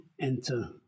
enter